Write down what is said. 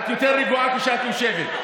את יותר רגועה כשאת יושבת.